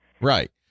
Right